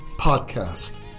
podcast